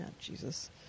Jesus